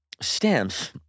stamps